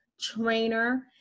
trainer